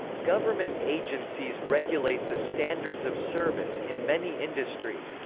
government agencies regulate the standards of service in many industries,